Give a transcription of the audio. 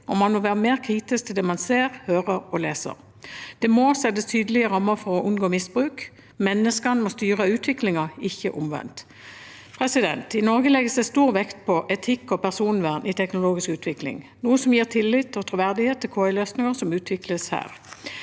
og man må være mer kritisk til det man ser, hører og leser. Det må settes tydelige rammer for å unngå misbruk. Menneskene må styre utviklingen, ikke omvendt. I Norge legges det stor vekt på etikk og personvern i teknologisk utvikling, noe som gir tillit og troverdighet til KI-løsninger som utvikles her.